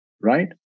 right